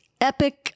epic